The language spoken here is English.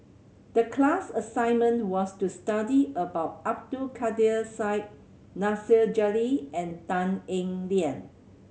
the class assignment was to study about Abdul Kadir Syed Nasir Jalil and Tan Eng Liang